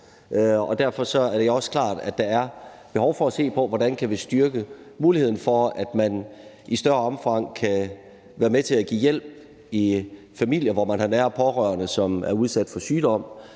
derfor er det også klart, at der er behov for at se på, hvordan vi kan styrke muligheden for, at man i større omfang kan være med til at give hjælp i familier, hvor man har nære pårørende, som er udsat for sygdom,